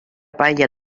paella